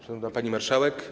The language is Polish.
Szanowna Pani Marszałek!